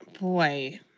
Boy